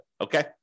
Okay